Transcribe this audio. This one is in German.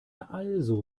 also